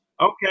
okay